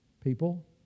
people